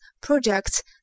projects